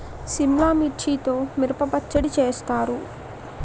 సిమ్లా మిర్చితో మిరప పచ్చడి చేస్తారు